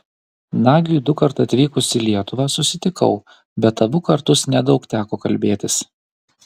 nagiui dukart atvykus į lietuvą susitikau bet abu kartus nedaug teko kalbėtis